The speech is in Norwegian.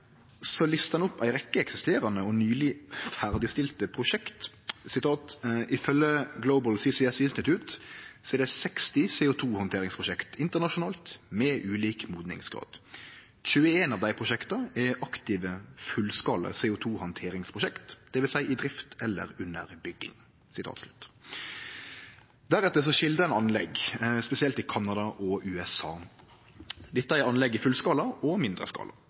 listar ein opp ei rekkje eksisterande og nyleg ferdigstilte prosjekt: «Ifølgje Global CCS Institute er det 60 CO2-handteringsprosjekt internasjonalt med ulik mogningsgrad. 21 av desse prosjekta er aktive fullskala CO2-handteringsprosjekt, dvs. i drift eller under bygging.» Deretter skildrar ein anlegg, spesielt i Canada og USA. Dette er anlegg i fullskala og i mindre skala.